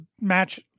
match